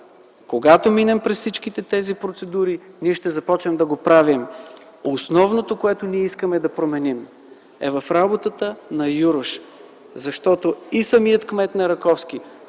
Когато минем през всички тези процедури, ние ще започнем да го правим. Основното, което ние искаме да променим е работата на юруш. Защото и самият кмет на Раковски,